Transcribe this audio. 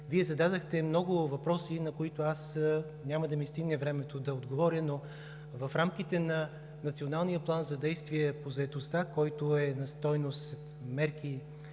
Вие зададохте много въпроси, на които няма да ми стигне времето да отговоря. В рамките на Националния план за действие по заетостта – програми на стойност 73